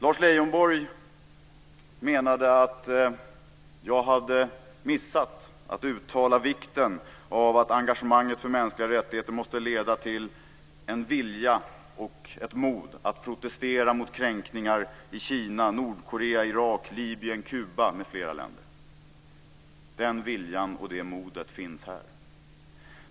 Lars Leijonborg menade att jag hade missat att uttala vikten av att engagemanget för mänskliga rättigheter måste leda till en vilja och ett mod att protestera mot kränkningar i Kina, Nordkorea, Irak, Libyen, Kuba m.fl. länder. Den viljan och det modet finns här.